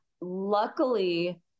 Luckily